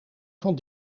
van